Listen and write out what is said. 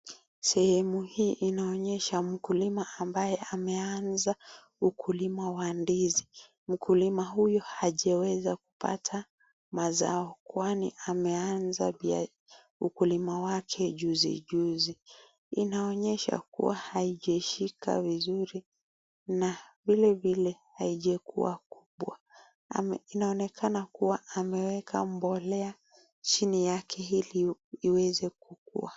Sehemu hii inaonyesha mkulima ambaye ameanza ukulima wa ndizi. Mkulima huyu hajaweza kupata mazao kwani ameanza ukulima wake juzi juzi. Inaonyesha haijashika vizuri na vile vile haijakua kubwa. Vile vile inaonekana kuwa ameweka mbolea chini yake ili iweze kukuwa.